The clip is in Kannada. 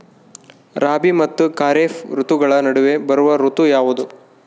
ರಾಬಿ ಮತ್ತು ಖಾರೇಫ್ ಋತುಗಳ ನಡುವೆ ಬರುವ ಋತು ಯಾವುದು?